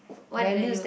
what value